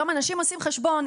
היום אנשים עושים חשבון,